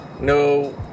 no